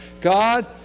God